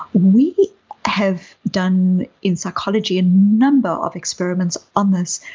we have done in psychology a number of experiments on this.